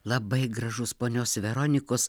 labai gražus ponios veronikos